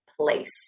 place